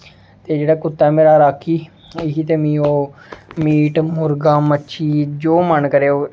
ते जेह्ड़ा कुत्ता ऐ मेरा राॅकी इसी ते में ओह् मीट मुर्गा मच्छी जो मन करै ओह्